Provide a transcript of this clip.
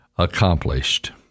Accomplished